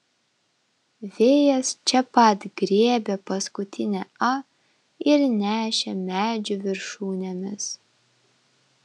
vėjas čia pat griebė paskutinę a ir nešė medžių viršūnėmis